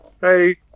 Hey